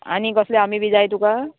आनी कसले आंबे बी जाय तुका